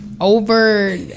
over